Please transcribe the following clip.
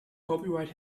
copyright